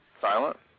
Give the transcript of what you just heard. silent